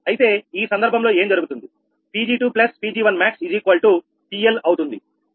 అయితే ఈ సందర్భంలో ఏం జరుగుతుంది 21axPL అవుతుంది